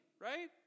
right